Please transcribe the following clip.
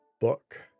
book